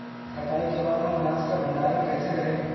कटाई के बाद हम अनाज का भंडारण कैसे करें?